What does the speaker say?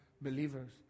believers